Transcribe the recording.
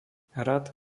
hrad